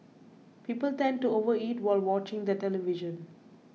people tend to overeat while watching the television